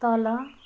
तल